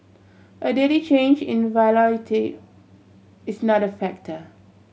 a daily change in volatility is not factor